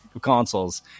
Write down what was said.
consoles